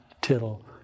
tittle